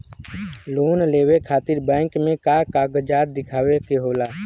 Loan लेवे खातिर bank मे का कागजात दिखावे के होला?